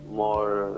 more